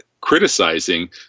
criticizing